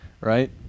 right